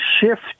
shift –